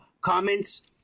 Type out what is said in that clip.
comments